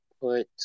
put